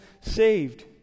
saved